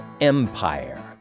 empire